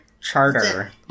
Charter